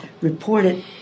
reported